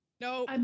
no